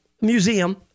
museum